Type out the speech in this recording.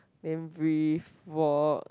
then breathe walk